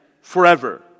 forever